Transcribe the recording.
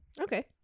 Okay